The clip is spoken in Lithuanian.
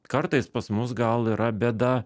kartais pas mus gal yra bėda